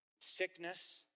sickness